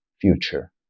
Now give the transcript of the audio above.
Future